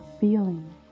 feeling